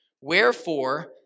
Wherefore